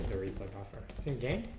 ah replay buffer